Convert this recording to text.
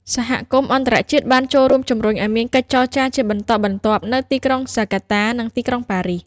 សហគមន៍អន្តរជាតិបានចូលរួមជំរុញឱ្យមានកិច្ចចរចាជាបន្តបន្ទាប់នៅទីក្រុងហ្សាកាតា និងទីក្រុងប៉ារីស